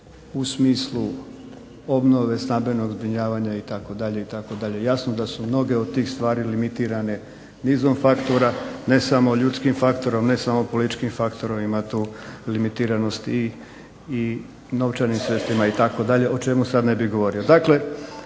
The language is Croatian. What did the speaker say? u smislu obnove stambenog zbrinjavanja itd., itd. Jasno da su mnoge od tih stvari limitirane nizom faktora. Ne samo ljudskim faktorom, ne samo političkim faktorom ima tu limitiranosti novčanim sredstvima o čemu sada ne bih govorio.